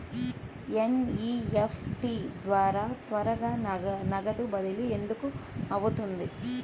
NEFT ద్వారా త్వరగా నగదు బదిలీ ఎందుకు అవుతుంది?